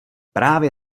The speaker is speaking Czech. právě